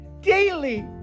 daily